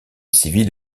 civile